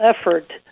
effort